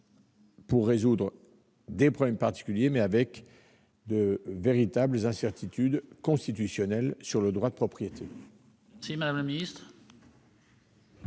à résoudre des problèmes particuliers, posent de véritables incertitudes constitutionnelles relatives au droit de propriété.